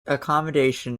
accommodation